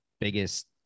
biggest